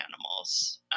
animals